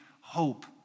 hope